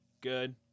Good